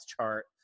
chart